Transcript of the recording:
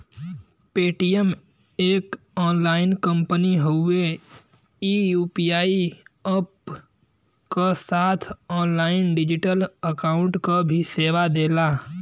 Paytm एक online company हउवे ई यू.पी.आई अप्प क साथ ऑनलाइन डिजिटल अकाउंट क भी सेवा देला